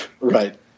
Right